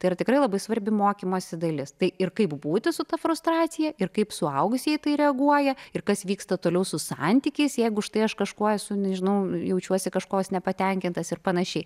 tai yra tikrai labai svarbi mokymosi dalis tai ir kaip būti su ta frustracija ir kaip suaugusieji tai reaguoja ir kas vyksta toliau su santykiais jeigu štai aš kažkuo esu nežinau jaučiuosi kažkoks nepatenkintas ir panašiai